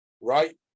Right